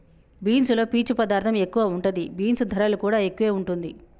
beans లో పీచు పదార్ధం ఎక్కువ ఉంటది, బీన్స్ ధరలు కూడా ఎక్కువే వుంటుంది